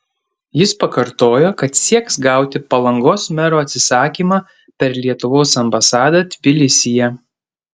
jis pakartojo kad sieks gauti palangos mero atsisakymą per lietuvos ambasadą tbilisyje